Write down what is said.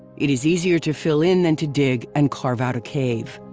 it is easier to fill in than to dig and carve out a cave.